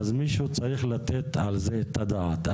אז מישהו צריך לתת על זה את הדעת.